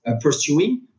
pursuing